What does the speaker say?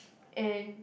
and